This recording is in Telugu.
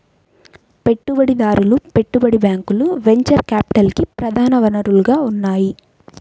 పెట్టుబడిదారులు, పెట్టుబడి బ్యాంకులు వెంచర్ క్యాపిటల్కి ప్రధాన వనరుగా ఉన్నాయి